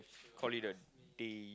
call it a day